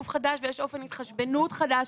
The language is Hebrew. חדש ויש אופן התחשבנות חדש.